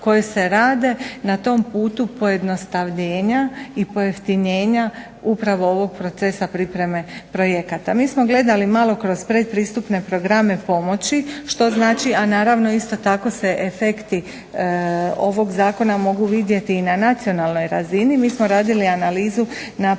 koje se rade na tom putu pojednostavljenja i pojeftinjenja upravo ovog procesa pripreme projekata. Mi smo gledali malo kroz predpristupne programe pomoći što znači, a naravno isto tako se efekti ovog Zakona mogu vidjeti i na nacionalnoj razini. Mi smo radili analizu na projektima